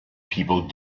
people